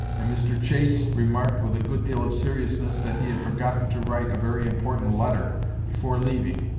and mr. chase remarked with a good deal of seriousness that he had forgotten to write a very important letter before leaving.